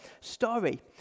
story